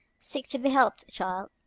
seek to be helped, child,